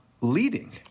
leading